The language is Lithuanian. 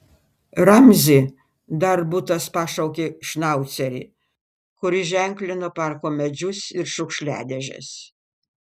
ramzi darbutas pašaukė šnaucerį kuris ženklino parko medžius ir šiukšliadėžes